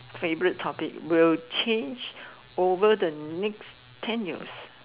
favorite topic will change over the next ten years